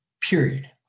period